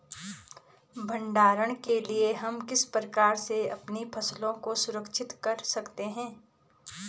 भंडारण के लिए हम किस प्रकार से अपनी फसलों को सुरक्षित रख सकते हैं?